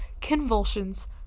convulsions